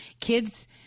Kids